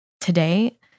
Today